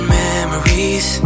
memories